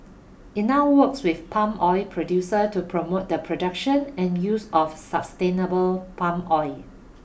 it now works with palm oil producers to promote the production and use of sustainable palm oil